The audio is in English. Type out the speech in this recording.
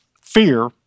fear